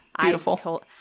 Beautiful